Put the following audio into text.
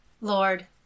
Lord